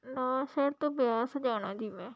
ਨਵਾਂਸ਼ਹਿਰ ਤੋਂ ਬਿਆਸ ਜਾਣਾ ਜੀ ਮੈਂ